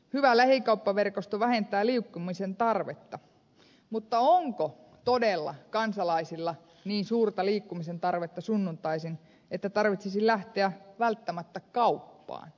hyvä lähikauppaverkosto vähentää liikkumisen tarvetta mutta onko todella kansalaisilla niin suurta liikkumisen tarvetta sunnuntaisin että tarvitsisi lähteä välttämättä kauppaan